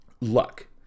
luck